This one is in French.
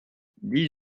dix